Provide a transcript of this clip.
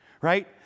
Right